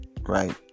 right